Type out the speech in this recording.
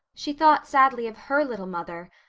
she thought sadly of her little mother,